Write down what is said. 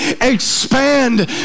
expand